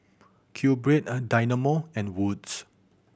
QBread Dynamo and Wood's